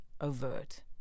overt